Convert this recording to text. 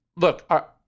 Look